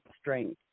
strength